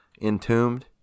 Entombed